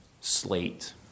slate